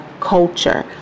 Culture